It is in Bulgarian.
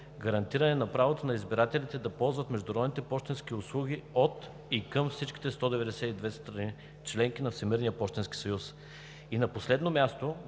гарантиране на правото на избирателите да ползват международните пощенски услуги от и към всичките 192 страни – членки на Всемирния пощенски съюз, и на последно място,